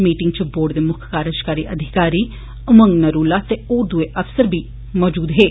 मीटिंगै च बोर्ड दे मुक्ख कार्जकारी अधिकारी उमंग नरूला ते होर दुए अफसर बी शामल होए